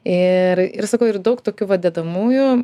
ir ir sakau ir daug tokių va dedamųjų